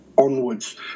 onwards